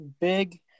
big